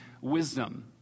wisdom